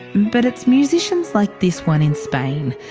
but it's musicians like this one in spain,